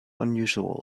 unusual